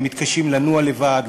הם מתקשים לנוע לבד,